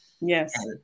yes